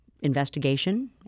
investigation